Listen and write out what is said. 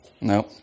No